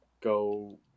go